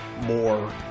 more